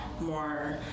more